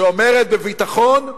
שאומרת בביטחון: